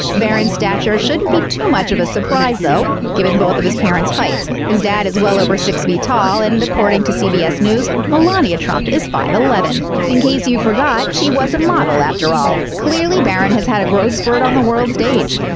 barron's stature shouldn't be too much of a surprise, though, given both of his parents' heights his dad is well over six feet tall, and according to cbs news, melania trump is five-eleven. in case you forgot, she was a model, after all. clearly barron has had a growth spurt on the world stage.